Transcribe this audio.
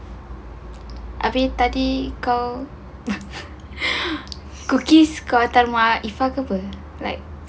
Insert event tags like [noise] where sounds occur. habis tadi kau [laughs] cookies kau hantar mak iffa ke [pe]